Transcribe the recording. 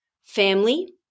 family